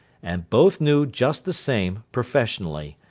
and both knew just the same professionally.